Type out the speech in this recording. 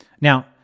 Now